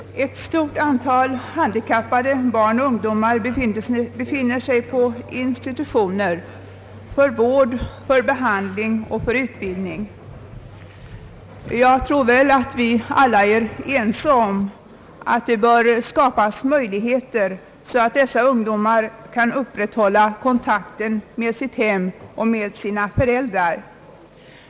Herr talman! Ett stort antal handikappade barn och ungdomar befinner sig På institutioner för vård, för behandling och för utbildning. Vi är väl alla ense om att det bör skapas möjligheter för dessa ungdomar att kunna upprätthålla kontakten med sina hem och med sina föräldrar.